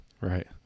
Right